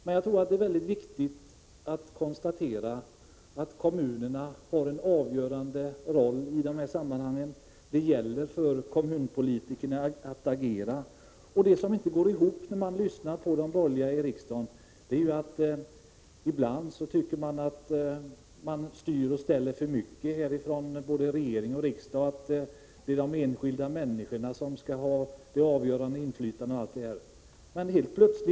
Men jag tror att det är mycket viktigt att konstatera att kommunerna har en avgörande roll i dessa sammanhang. Det gäller för kommunpolitikerna att agera. Det som inte går ihop i de borgerliga partiernas tal här i riksdagen är att de ibland tycker att man styr och ställer för mycket från både regering och riksdag och att det är de enskilda människorna som skall ha det avgörande inflytandet, osv.